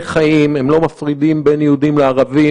החוק קבע שעד 200 אנחנו לא מעבירים,